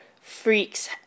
Freaks